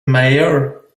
mayor